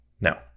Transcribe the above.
No